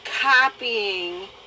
copying